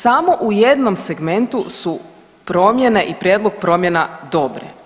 Samo u jednom segmentu su promjene i prijedlog promjena dobre.